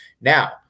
Now